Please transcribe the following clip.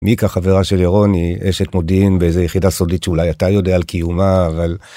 מיקה, חברה של ירון, היא אשת מודיעין באיזה יחידה סודית שאולי אתה יודע על קיומה, אבל...